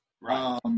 Right